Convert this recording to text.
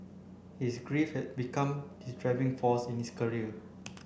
his grief had become his driving force in his career